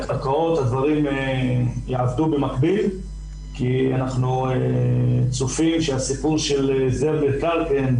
הדברים יעבדו במקביל כי אנחנו צופים שהסיכוי של הסדר מקרקעין,